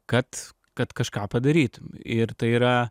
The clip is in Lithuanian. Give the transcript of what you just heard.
kad kad kažką padarytum ir tai yra